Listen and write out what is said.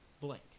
blank